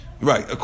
Right